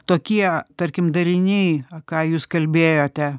tokie tarkim dariniai ką jūs kalbėjote